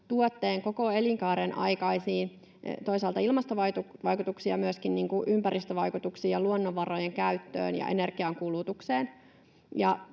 tuotteen koko elinkaaren aikaisiin toisaalta ilmastovaikutuksiin ja myöskin ympäristövaikutuksiin, luonnonvarojen käyttöön ja energian kulutukseen.